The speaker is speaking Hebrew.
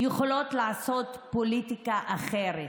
יכולות לעשות פוליטיקה אחרת,